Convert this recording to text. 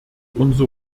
unser